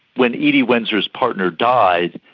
when edie windsor's partner died,